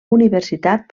universitat